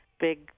big